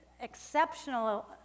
exceptional